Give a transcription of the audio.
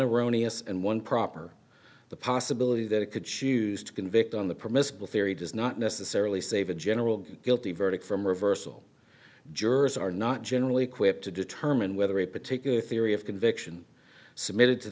erroneous and one proper the possibility that it could choose to convict on the permissible theory does not necessarily save a general guilty verdict from reversal jurors are not generally equipped to determine whether a particular theory of conviction submitted to